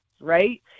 Right